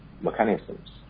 mechanisms